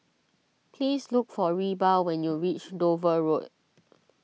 please look for Reba when you reach Dover Road